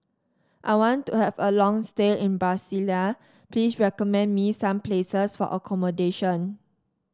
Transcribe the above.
I want to have a long stay in Brasilia please recommend me some places for accommodation